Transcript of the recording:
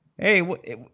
Hey